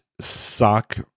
Sock